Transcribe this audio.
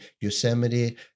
Yosemite